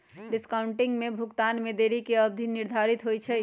discounting में भुगतान में देरी के अवधि निर्धारित होइ छइ